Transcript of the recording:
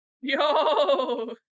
Yo